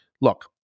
look